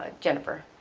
ah jennifer.